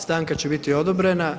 Stanka će biti odobrena.